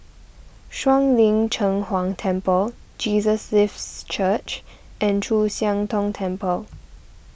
Shuang Lin Cheng Huang Temple Jesus Lives Church and Chu Siang Tong Temple